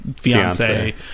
fiance